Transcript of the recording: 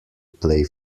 play